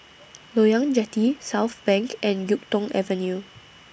Loyang Jetty Southbank and Yuk Tong Avenue